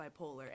bipolar